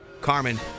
Carmen